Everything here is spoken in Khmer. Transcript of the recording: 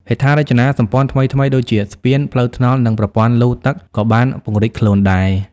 ហេដ្ឋារចនាសម្ព័ន្ធថ្មីៗដូចជាស្ពាន ផ្លូវថ្នល់ និងប្រព័ន្ធលូទឹកក៏បានពង្រីកខ្លួនដែរ។